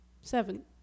Seven